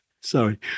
Sorry